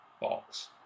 box